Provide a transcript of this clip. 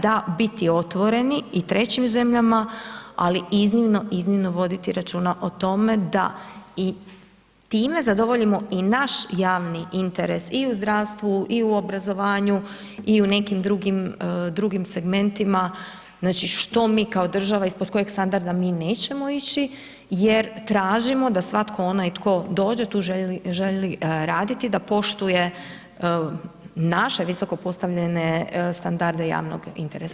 Da, biti otvoreni i trećim zemljama, ali iznimno, iznimno voditi računa o tome da i time zadovoljimo i naš javni interes i u zdravstvu, i u obrazovanju i u nekim drugim segmentima znači što mi kao država ispod kojeg standarda mi nećemo ići jer tražimo da svatko onaj tko dođe tu želi raditi da poštuje naše visoko postavljene standarde javnog interesa.